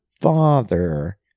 father